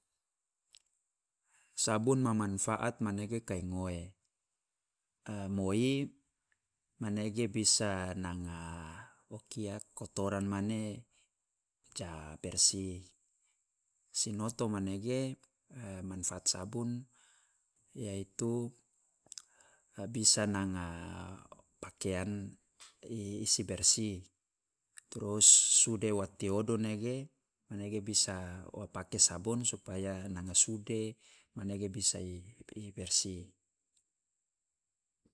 Sabun ma manfaat manege kai ngoe, a moi manege bisa nanga o kia kotoran mane ja bersih, sinoto manege a manfaat sabun yaitu bisa nanga pakian bisa i si bersih, trus sude wa tiodo nege bisa wa pake sabun supaya nanga sude manege bisa i bersih.